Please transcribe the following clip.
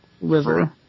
River